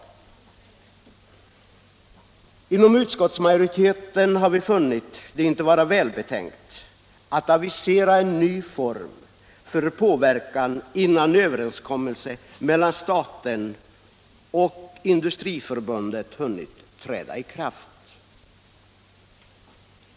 sysselsättnings och Inom utskottsmajoriteten har vi inte funnit det vara välbetänkt att avisera — regionalpolitik en ny form för påverkan, innan överenskommelsen mellan staten och Industriförbundet hunnit träda i kraft.